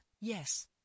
yes